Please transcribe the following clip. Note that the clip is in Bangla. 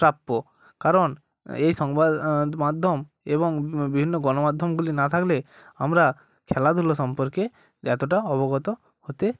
প্রাপ্য কারণ এই সংবাদ মাধ্যম এবং বিভিন্ন গণমাধ্যমগুলি না থাকলে আমরা খেলাধুলো সম্পর্কে এতটা অবগত হতে